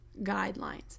guidelines